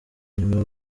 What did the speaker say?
nyuma